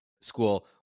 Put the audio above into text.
school